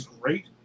great